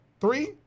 three